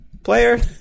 Player